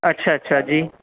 اچھا اچھا جی